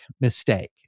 mistake